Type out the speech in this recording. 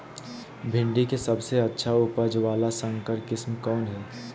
भिंडी के सबसे अच्छा उपज वाला संकर किस्म कौन है?